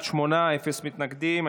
11, אפס מתנגדים.